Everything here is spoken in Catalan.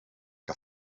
que